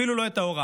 אפילו לא את ההוראה,